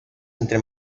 entre